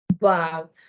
Wow